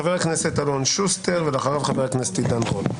חבר הכנסת אלון שוסטר, ואחריו חבר הכנסת עידן רול.